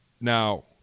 Now